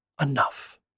enough